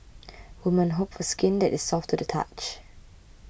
women hope for skin that is soft to the touch